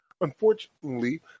Unfortunately